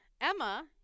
Emma